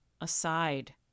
aside